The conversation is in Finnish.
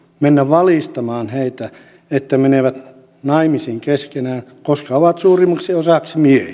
mennä valistamaan heitä että menevät naimisiin keskenään koska ovat suurimmaksi osaksi miehiä